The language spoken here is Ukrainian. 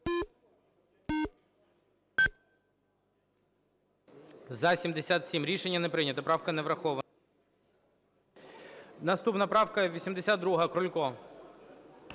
За-64 Рішення не прийнято, правка не врахована. Наступна правка - 2893.